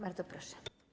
Bardzo proszę.